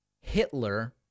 Hitler